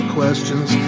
questions